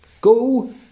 Go